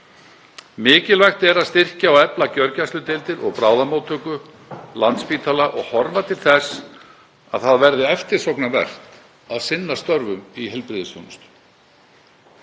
Mikilvægt er að styrkja og efla gjörgæsludeildir og bráðamóttöku Landspítala og horfa til þess að það verði eftirsóknarvert að sinna störfum í heilbrigðisþjónustu.